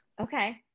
okay